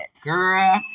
Girl